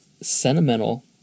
sentimental